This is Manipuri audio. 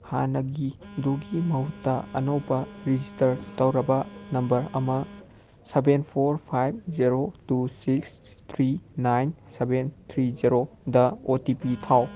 ꯍꯥꯟꯅꯒꯤꯗꯨꯒꯤ ꯃꯍꯨꯠꯇ ꯑꯅꯧꯕ ꯔꯦꯖꯤꯁꯇꯔ ꯇꯧꯔꯕ ꯅꯝꯕꯔ ꯑꯃ seven four five zero two six three nine seven three ꯖꯦꯔꯣꯗ ꯑꯣ ꯇꯤ ꯄꯤ ꯊꯥꯎ